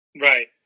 Right